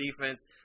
defense